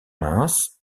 mince